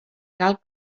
cal